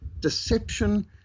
deception